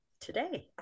today